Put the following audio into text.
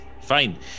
Fine